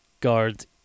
guard's